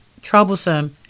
troublesome